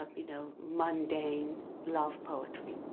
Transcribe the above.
ah you know, mundane love poetry.